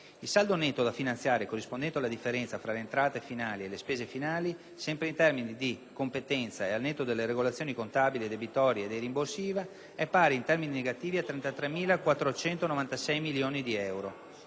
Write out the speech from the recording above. Il saldo netto da finanziare, corrispondente alla differenza tra le entrate finali e le spese finali, sempre in termini di competenza e al netto delle regolazioni contabili e debitorie e dei rimborsi IVA, è pari, in termini negativi, a 33.496 milioni di euro.